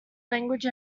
language